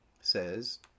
says